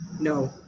no